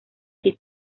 allí